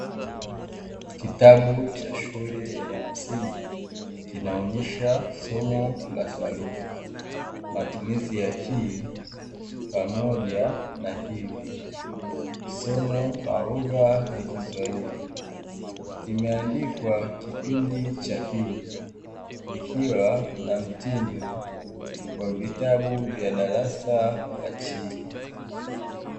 Kitabu cha shule ya mshingi kinaonyesha somo la sarufi, matumizi ya -ki pamoja na -hivi. Somo la lugha ya kiswahili limeandikwa “Kipindi cha pili” likiwa na mtindo wa vitabu vya darasa la chini.